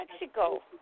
Mexico